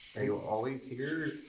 are you always here?